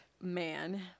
man